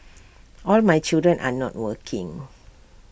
all my children are not working